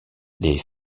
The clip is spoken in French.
les